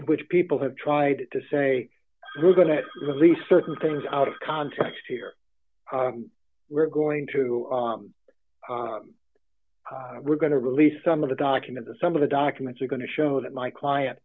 which people have tried to say we're going to release certain things out of context here we're going to we're going to release some of the document the some of the documents are going to show that my client